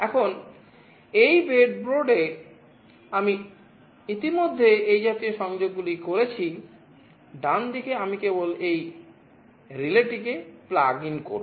এখন এই ব্রেডবোর্ডে করব